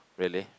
really